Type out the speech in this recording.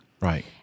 Right